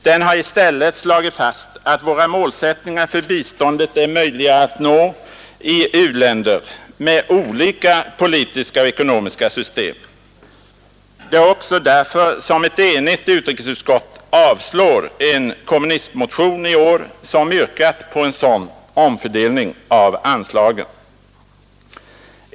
Den har i stället slagit fast att våra målsättningar för biståndet är möjliga att uppnå i u-länder ”med olika politiska och ekonomiska system”. Det är också därför som ett enigt utrikesutskott avstyrker en kommunistmotion i år, som yrkat på en sådan omfördelning av anslagen.